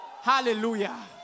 Hallelujah